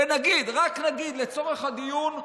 ונגיד, רק נגיד לצורך הדיון,